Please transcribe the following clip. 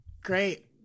Great